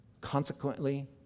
consequently